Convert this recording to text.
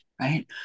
right